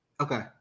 Okay